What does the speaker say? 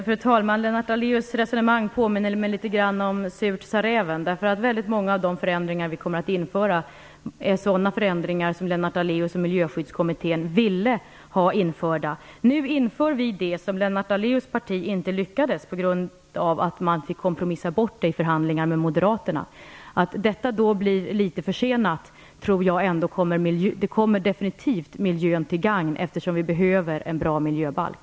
Fru talman! Lennart Daléus resonemang påminner mig litet grand om orden "surt, sa räven". Många av de förändringar som vi kommer att genomföra är sådana som Lennart Daléus och Miljöskyddskommittén ville ha införda. Nu genomför vi det som Lennart Daléus parti inte lyckades få igenom, eftersom man kompromissade bort det i förhandlingarna med Moderaterna. Jag tror att den lilla förseningen definitivt kommer miljön till gagn. Vi behöver en bra miljöbalk.